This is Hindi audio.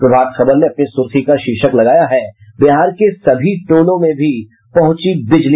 प्रभात खबर ने अपनी सुर्खी का शीर्षक लगाया है बिहार के सभी टोलों में भी पहुंची बिजली